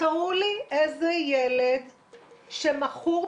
תראו לי איזה ילד שמכור,